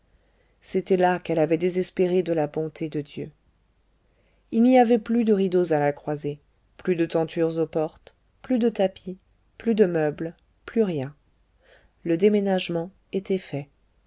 c'était là qu'elle avait désespéré de la bonté de dieu il n'y avait plus de rideaux à la croisée plus de tentures aux portes plus de tapis plus de meubles plus rien le déménagement était fait